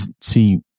see